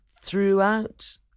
throughout